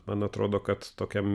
man atrodo kad tokiam